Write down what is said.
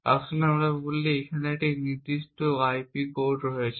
আসুন আমরা বলি এখানে আমাদের একটি নির্দিষ্ট আইপি কোর রয়েছে